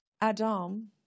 Adam